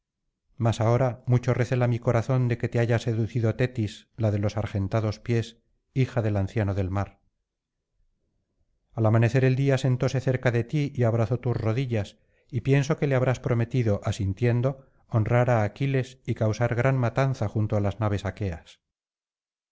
mas ahora mucho recela mi corazón que te haya seducido tetis la de los argentados pies hija del anciano del mar al amanecer el día sentóse cerca de ti y abrazó tus rodillas y pienso que le habrás prometido asintiendo honrar á aquiles y causar gran matanza junto á las naves aqueas